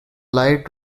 lie